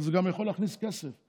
זה גם יכול להכניס כסף,